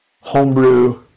homebrew